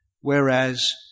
Whereas